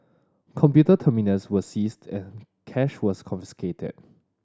computer terminals were seized cash was confiscated